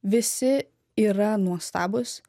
visi yra nuostabūs